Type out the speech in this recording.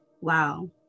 Wow